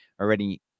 already